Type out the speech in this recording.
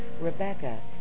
Rebecca